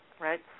Right